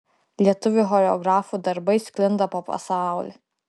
lietuvių choreografų darbai sklinda po pasaulį